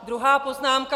Druhá poznámka.